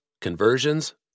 Conversions